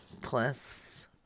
plus